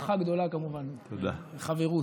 בהערכה גדולה, כמובן, בחברות,